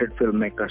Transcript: filmmakers